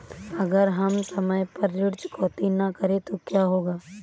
अगर हम समय पर ऋण चुकौती न करें तो क्या होगा?